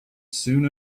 soon